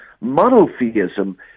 monotheism